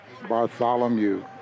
Bartholomew